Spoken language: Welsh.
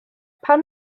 pan